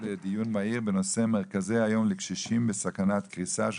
לדיון מהיר בנושא מרכזי היום לקשישים בסכנת קריסה של